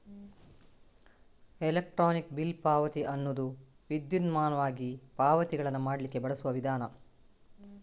electronic bill ಪಾವತಿ ಅನ್ನುದು ವಿದ್ಯುನ್ಮಾನವಾಗಿ ಪಾವತಿಗಳನ್ನ ಮಾಡ್ಲಿಕ್ಕೆ ಬಳಸುವ ವಿಧಾನ